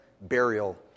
burial